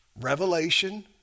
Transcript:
revelation